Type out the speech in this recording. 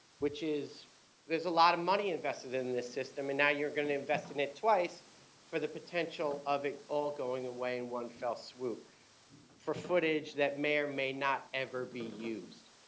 which is there's a lot of money invested in this system and now you're going to investigate it twice for the potential of it all going away in one fell swoop for footage that may or may not ever be used.